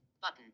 Button